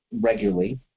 regularly